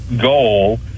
goal